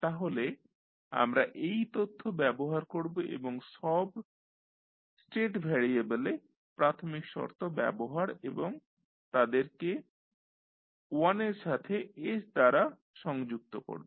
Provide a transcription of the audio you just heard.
তাহলে আমরা এই তথ্য ব্যবহার করব এবং সব স্টেট ভ্যারিয়েবলে প্রাথমিক শর্ত ব্যবহার এবং তাদেরকে 1 এর সাথে s এর দ্বারা সংযুক্ত করব